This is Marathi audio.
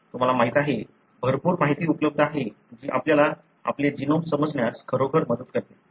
तुम्हाला माहिती आहे भरपूर माहिती उपलब्ध आहे जी आपल्याला आपले जीनोम समजण्यास खरोखर मदत करते